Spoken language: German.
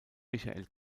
michael